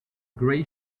gray